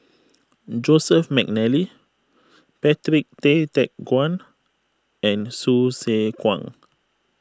Joseph McNally Patrick Tay Teck Guan and Hsu Tse Kwang